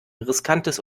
riskantes